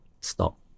stop